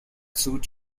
suit